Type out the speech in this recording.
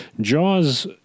Jaws